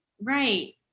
Right